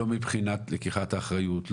לא מבחינת לקיחת האחריות,